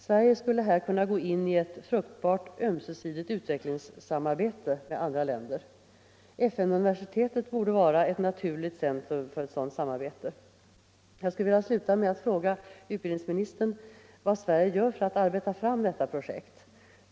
Sverige skulle här kunna gå in i ett frukt bart, ömsesidigt utvecklingssamarbete med andra länder. FN-universitetet borde vara ett naturligt centrum för ett sådant samarbete. Jag vill sluta med att fråga utbildningsministern vad Sverige gör för att arbeta fram detta projekt.